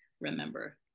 remember